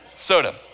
Soda